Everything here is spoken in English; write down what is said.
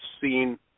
seen